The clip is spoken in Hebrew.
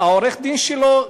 עורך-הדין שלו,